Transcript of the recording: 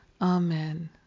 Amen